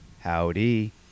Howdy